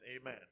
amen